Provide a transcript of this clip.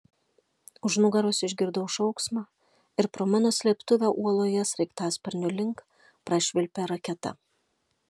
už nugaros išgirdau šauksmą ir pro mano slėptuvę uoloje sraigtasparnio link prašvilpė raketa